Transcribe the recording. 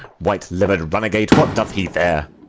white-liver'd runagate, what doth he there?